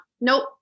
Nope